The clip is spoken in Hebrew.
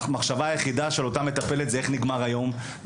שהמחשבה היחידה של אותה מטפלת זה איך ייגמר היום,